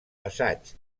assaig